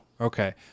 Okay